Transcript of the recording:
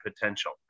potential